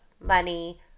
money